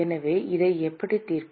எனவே இதை எப்படி தீர்ப்பது